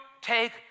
take